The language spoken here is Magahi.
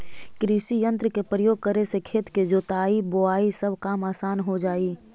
कृषियंत्र के प्रयोग करे से खेत के जोताई, बोआई सब काम असान हो जा हई